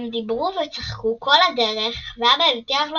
הם דברו וצחקו כל הדרך ואבא הבטיח לו